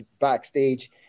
backstage